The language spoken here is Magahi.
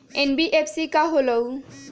एन.बी.एफ.सी का होलहु?